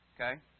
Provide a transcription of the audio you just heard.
okay